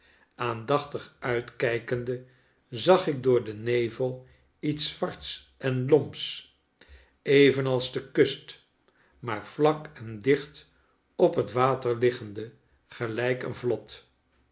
aandachtig uitkijkende zag ik door den nevel iets zwarts en lomps evenals de kust maar vlak en dicht op het water liggende gelijk een vlot